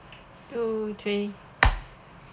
two three